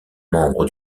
membre